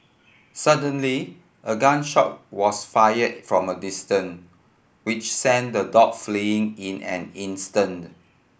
suddenly a gun shot was fired from a distance which sent the dog fleeing in an instant